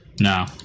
No